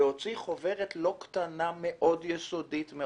והוציא חוברת לא קטנה ומאוד רצינית ויסודית.